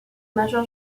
major